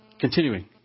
Continuing